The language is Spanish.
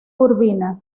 urbina